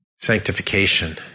sanctification